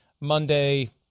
monday